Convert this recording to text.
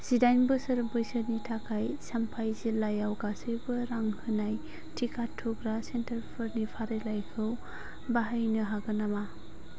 जिदाइन बोसोर बैसोनि थाखाय चाम्पाइ जिल्लायाव गासैबो रां होनाय टिका थुग्रा सेन्टारफोरनि फारिलाइखौ बाहायनो हागोन नामा